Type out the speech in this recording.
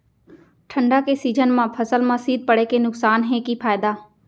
ठंडा के सीजन मा फसल मा शीत पड़े के नुकसान हे कि फायदा?